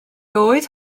oedd